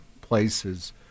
places